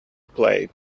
play